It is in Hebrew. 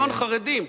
כמיליון חרדים,